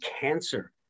cancer